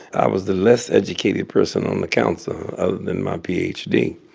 i was the less educated person on the council other than my ph d.